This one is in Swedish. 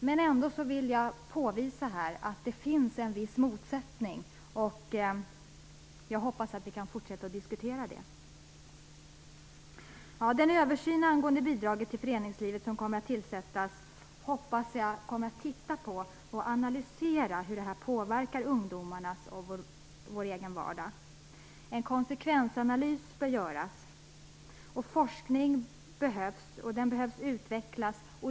Jag vill i alla fall påvisa att det finns en viss motsättning, och jag hoppas att vi kan fortsätta diskutera detta. Jag hoppas också att den översyn angående bidraget till föreningslivet som kommer att tillsättas skall titta på och analysera hur detta påverkar ungdomarnas och vår egen vardag. En konsekvensanalys bör göras. Forskning behövs, och den behöver utvecklas.